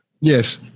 Yes